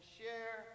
share